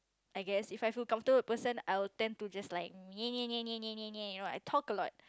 I guess if I feel comfortable with the person I will tend to just like you know I talk a lot